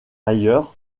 ailleurs